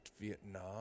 Vietnam